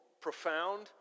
profound